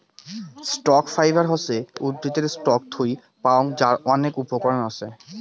stock fibre হসে উদ্ভিদের stock থুই পাওয়াং যার অনেক উপকরণ হাছে